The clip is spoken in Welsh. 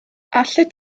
allet